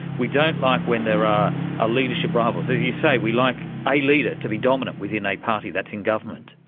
we don't like when there are ah leadership rivals. as you say, we like a leader to be dominant within a party that's in government.